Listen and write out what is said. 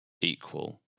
equal